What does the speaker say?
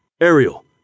Ariel